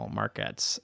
markets